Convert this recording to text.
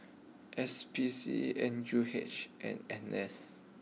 S P C N U H and N S